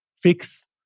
fix